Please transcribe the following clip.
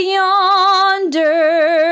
yonder